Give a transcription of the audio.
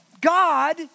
God